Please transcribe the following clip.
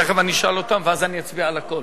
תיכף אני אשאל אותם, ואז אני אצביע על הכול.